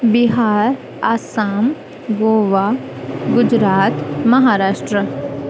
Bihar Assam Goa Gujarat Maharashtra